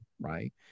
right